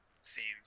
scenes